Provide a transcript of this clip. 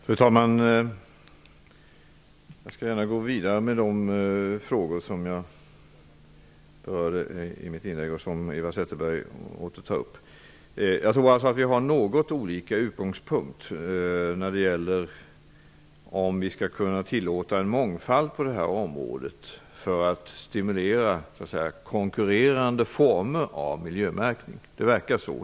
Fru talman! Jag skall gärna gå vidare med de frågor som jag berörde i mitt inlägg och som Eva Jag tror att vi har något olika utgångspunkt när det gäller om vi skall kunna tillåta en mångfald på området för att stimulera konkurrerande former av miljömärkning. Det verkar så.